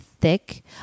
thick